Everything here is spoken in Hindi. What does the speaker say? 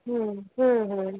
हाँ